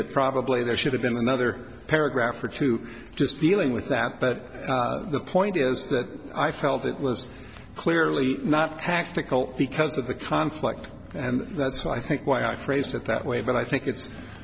that probably there should have been another paragraph or two just dealing with that but the point is that i felt it was clearly not tactical because of the conflict and that's why i think why i phrased it that way but i think it's